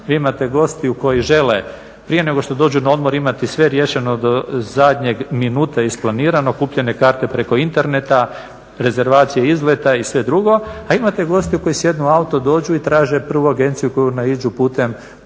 imate gostiju koji žele prije nego što dođu na odmor imati sve riješeno do zadnjeg minuta isplanirano, kupljene karte preko interneta, rezervacije izleta i sve drugo, a imate goste koji sjednu u auto, dođu i traže prvu agenciju na koju naiđu putem da im da